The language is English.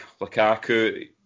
Lukaku